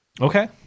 Okay